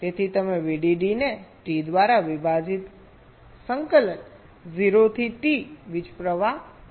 તેથી તમે VDD ને T દ્વારા વિભાજિત સંકલન 0 થી T વીજપ્રવાહ dt કરો